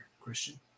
Christian